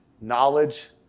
knowledge